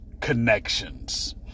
connections